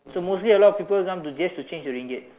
so mostly a lot of people come to gets to change to Ringgit